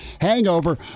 Hangover